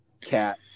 cat